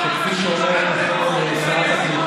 שכפי שאומרת נכון שרת הקליטה,